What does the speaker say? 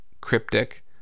cryptic